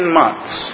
months